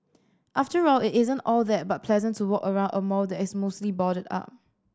after all it isn't at all that but pleasant to walk around a mall that is mostly boarded up